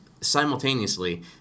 simultaneously